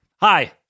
Hi